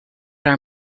are